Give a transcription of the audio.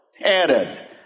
added